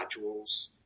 modules